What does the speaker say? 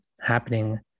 Happening